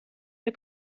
der